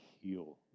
heal